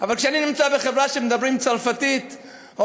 אבל כשאני נמצא בחברה שמדברים בה בצרפתית או